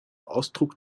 ausdruck